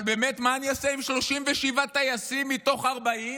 אבל באמת, מה אני אעשה עם 37 טייסים מתוך 40?